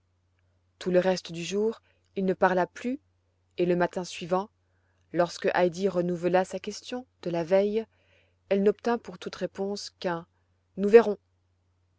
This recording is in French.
tout le reste du jour il ne parla plus et le matin suivant lorsque heidi renouvela sa question de la veille elle n'obtint pour toute réponse qu'un nous verrons